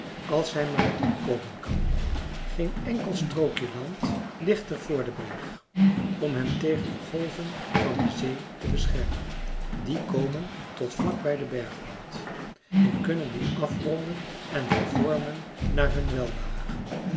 als hij maar komen kan geen enkel strookje land ligt er voor den berg om hem tegen de golven van de zee te beschermen die komen tot vlak bij den bergwand en kunnen die afronden en vervormen naar hun welbehagen